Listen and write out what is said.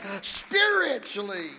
spiritually